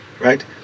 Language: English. Right